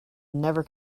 never